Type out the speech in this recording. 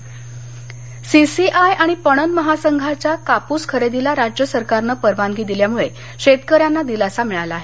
Yavatmal CCI आणि पणन महासंघाच्या कापूस खरेदीला राज्य सरकारनं परवानगी दिल्यामुळे शेतकऱ्यांना दिलासा मिळाला आहे